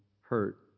hurt